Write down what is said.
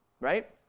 right